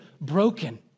broken